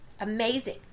Amazing